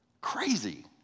Crazy